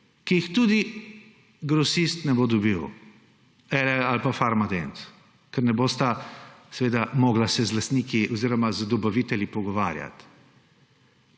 ki jih tudi LL Grosist ne bo dobil ali pa Farmadent, ker se ne bosta mogla z lastniki oziroma z dobavitelji pogovarjati.